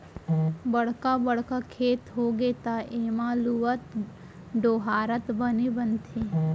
बड़का बड़का खेत होगे त एमा लुवत, डोहारत बने बनथे